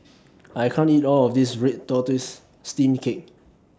I can't eat All of This Red Tortoise Steamed Cake